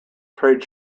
trade